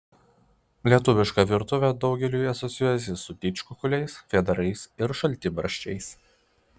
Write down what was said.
lietuviška virtuvė daugeliui asocijuojasi su didžkukuliais vėdarais ir šaltibarščiais